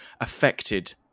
affected